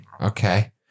okay